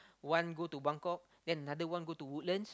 one got to Buangkok then another one go to Woodlands